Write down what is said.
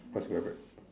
what's grab bag